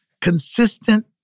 Consistent